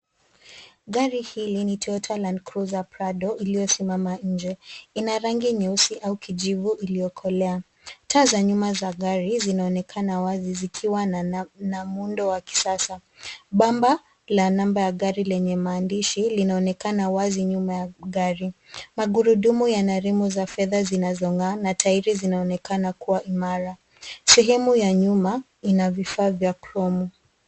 Gari hili ni toyota land cruiser prado iliyosimama nje. Ina rangi nyeusi au kijivu iliyokolea. Taa za nyuma za gari zinaonekana wazi zikiwa na muundo wa kisasa. Bamba la namba ya gari lenye maandishi linaonekana wazi nyuma ya gari. Magurudumu yana rimu za fedha zinazong'aa na tairi zinaonekana kuwa imara. Sehemu ya nyuma ina vifaa vya chrome